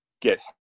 get